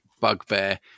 bugbear